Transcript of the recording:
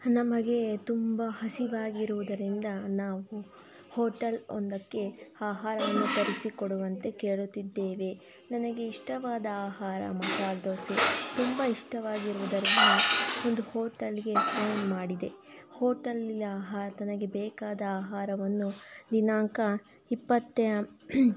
ನಮಗೆ ತುಂಬ ಹಸಿವಾಗಿರುವುದರಿಂದ ನಾವು ಹೋಟಲ್ ಒಂದಕ್ಕೆ ಆಹಾರವನ್ನು ತರಿಸಿಕೊಡುವಂತೆ ಕೇಳುತ್ತಿದ್ದೇವೆ ನನಗೆ ಇಷ್ಟವಾದ ಆಹಾರ ಮಸಾಲೆ ದೋಸೆ ತುಂಬ ಇಷ್ಟವಾಗಿರುವುದರಿಂದ ಒಂದು ಹೋಟೆಲ್ಗೆ ಫೋನ್ ಮಾಡಿದೆ ಹೋಟೆಲ್ಲಿನ ಆಹಾ ನನಗೆ ಬೇಕಾದ ಆಹಾರವನ್ನು ದಿನಾಂಕ ಇಪ್ಪತ್ತ